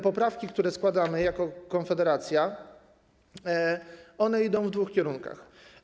Poprawki, które składamy jako Konfederacja, idą w dwóch kierunkach.